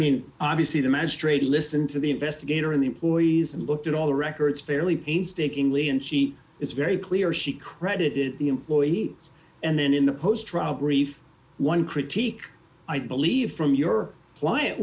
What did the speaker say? mean obviously the magistrate listened to the investigator in the employees and looked at all the records fairly painstakingly and she is very clear she credited the employees and then in the post trial brief one critique i believe from your client